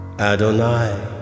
Adonai